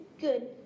good